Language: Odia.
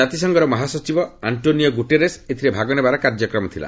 କାତିସଂଘର ମହାସଚିବ ଆଙ୍କୋନିଓ ଗୁଟେରସ୍ ଏଥିରେ ଭାଗ ନେବାର କାର୍ଯ୍ୟକ୍ରମ ରହିଛି